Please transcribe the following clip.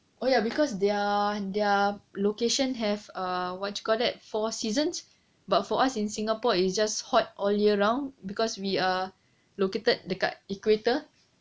oh ya because their their location have err what you call that four seasons but for us in singapore it's just hot all year round because we are located dekat equator